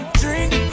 drink